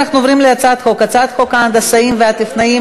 אנחנו עוברים להצעת חוק ההנדסאים והטכנאים